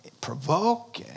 provoke